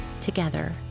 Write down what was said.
together